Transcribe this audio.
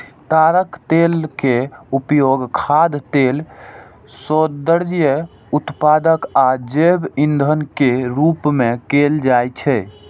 ताड़क तेल के उपयोग खाद्य तेल, सौंदर्य उत्पाद आ जैव ईंधन के रूप मे कैल जाइ छै